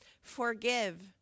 Forgive